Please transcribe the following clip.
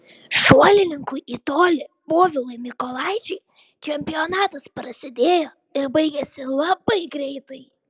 šuolininkui į tolį povilui mykolaičiui čempionatas prasidėjo ir baigėsi labai greitai